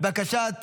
בקשת